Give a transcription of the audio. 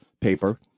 paper